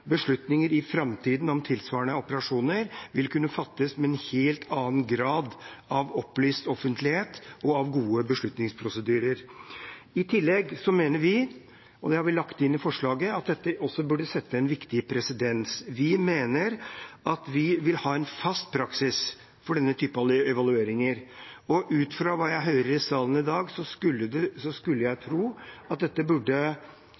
beslutninger om tilsvarende operasjoner i framtiden vil kunne fattes med en helt annen grad av opplyst offentlighet, og med gode beslutningsprosedyrer. I tillegg mener vi – og det har vi lagt inn i forslaget – at dette også burde skape en viktig presedens. Vi vil ha en fast praksis for denne type evalueringer, og ut fra hva jeg hører i salen i dag, skulle jeg tro at dette burde